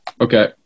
Okay